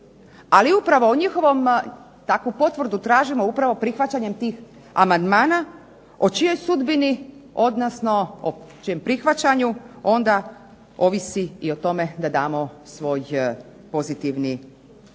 Ali upravo o njihovom, takvu potvrdu tražimo upravo prihvaćanjem tih amandmana o čijem prihvaćanju onda ovisi o tome da damo svoj pozitivni odnosno